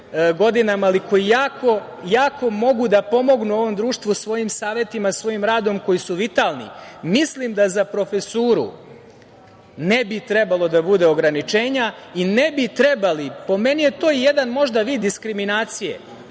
ali koji jako mogu da pomognu ovom društvu svojim savetima, svojim radom, koji su vitalni. Mislim da za profesuru ne bi trebalo da bude ograničenja i ne bi trebali, po meni je to jedan možda vid diskriminacije,